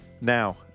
Now